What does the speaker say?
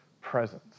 presence